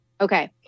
Okay